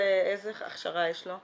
איזו הכשרה יש לו?